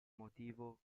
motivo